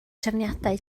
trefniadau